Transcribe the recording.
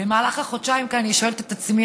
במהלך החודשיים כאן אני שואלת את עצמי